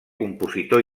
compositor